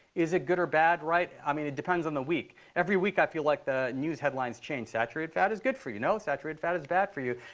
is it good or bad, right? i mean, it depends on the week. every week, i feel like the news headlines change. saturated fat is good for you. no, saturated fat is bad for you.